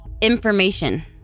Information